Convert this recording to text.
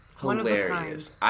Hilarious